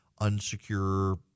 unsecure